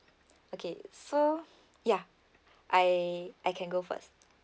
okay so ya I I can go first